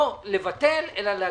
לא לבטל, אלא להקפיא.